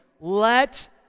let